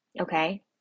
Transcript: okay